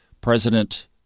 President